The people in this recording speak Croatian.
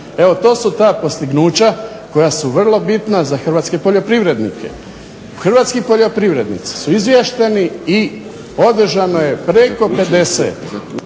Evo to su ta postignuća koja su vrlo bitna za hrvatske poljoprivrednike. Hrvatski poljoprivrednici su izviješteni i održano je preko 50